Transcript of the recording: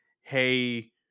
hey